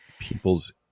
people's